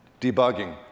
Debugging